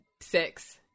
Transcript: six